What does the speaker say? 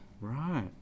Right